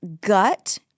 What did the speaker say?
gut